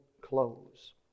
close